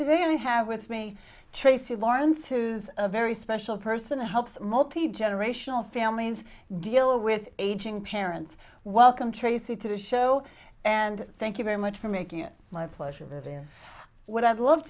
today i have with me tracy lawrence who's a very special person to help multigenerational families deal with aging parents welcome tracy to the show and thank you very much for making it my pleasure van what i'd love